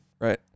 right